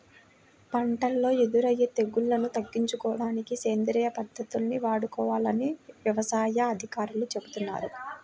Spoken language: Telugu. పంటల్లో ఎదురయ్యే తెగుల్లను తగ్గించుకోడానికి సేంద్రియ పద్దతుల్ని వాడుకోవాలని యవసాయ అధికారులు చెబుతున్నారు